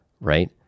right